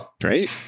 Great